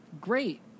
Great